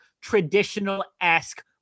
traditional-esque